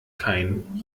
kein